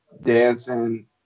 dancing